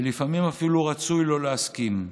ולפעמים אפילו רצוי, לא להסכים,